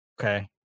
Okay